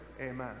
Amen